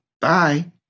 Bye